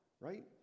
right